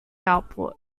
output